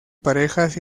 parejas